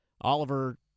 Oliver